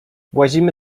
włazimy